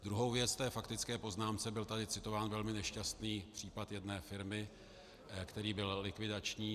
Druhou věc k té faktické poznámce, byl tady citován velmi nešťastný případ jedné firmy, který byl likvidační.